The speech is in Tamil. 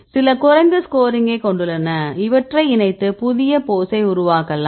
சில குறைந்த ஸ்கோரிங்கை கொண்டுள்ளன இவற்றை இணைத்து புதிய போஸை உருவாக்கலாம்